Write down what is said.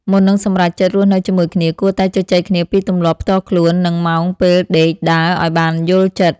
មុននឹងសម្រេចចិត្តរស់នៅជាមួយគ្នា គួរតែជជែកគ្នាពីទម្លាប់ផ្ទាល់ខ្លួន និងម៉ោងពេលដេកដើរឱ្យបានយល់ចិត្ត។